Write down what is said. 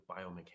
biomechanics